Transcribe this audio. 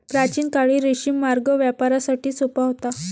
प्राचीन काळी रेशीम मार्ग व्यापारासाठी सोपा होता